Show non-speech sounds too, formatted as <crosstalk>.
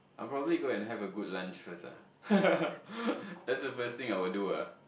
I'll probably go and have a good lunch first ah <laughs> that's the first thing I will do ah